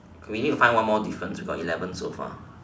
we need to find one more difference we got eleven so far